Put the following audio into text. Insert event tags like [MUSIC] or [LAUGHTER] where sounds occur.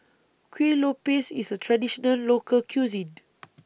Kuih Lopes IS A Traditional Local Cuisine [NOISE]